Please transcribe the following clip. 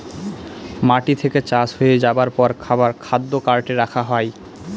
মাটি থেকে চাষ হয়ে যাবার পর খাবার খাদ্য কার্টে রাখা হয়